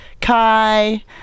Kai